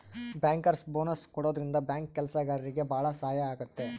bankers bonus ಕೊಡೋದ್ರಿಂದ bank ಕೆಲ್ಸಗಾರ್ರಿಗೆ ಭಾಳ ಸಹಾಯ ಆಗುತ್ತೆ